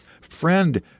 Friend